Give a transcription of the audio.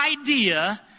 idea